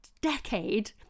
decade